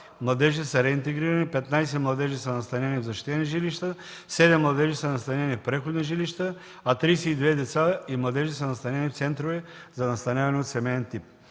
младежи са реинтегрирани, 15 младежи са настанени в защитени жилища, 7 младежи са настанени в преходни жилища, а 32 деца и младежи са настанени в центрове за настаняване от семеен тип.